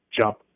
jump